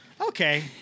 okay